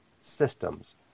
systems